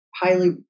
highly